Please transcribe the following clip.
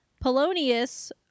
Polonius